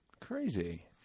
Crazy